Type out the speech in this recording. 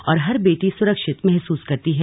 और हर बेटी सुरक्षित महसूस करती है